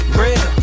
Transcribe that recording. real